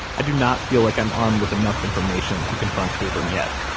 i do not feel like i'm armed with enough information to confront kabrahm yet.